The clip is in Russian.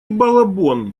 балабон